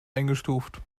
eingestuft